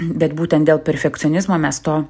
bet būtent dėl perfekcionizmo mes to